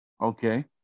okay